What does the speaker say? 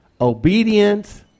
obedience